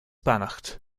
beannacht